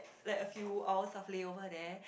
like a few hours of layover there